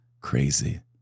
crazy